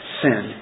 sin